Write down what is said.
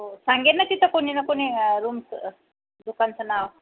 सांगेल ना तिथं कुणी ना कुणी रुमचं दुकानचं नाव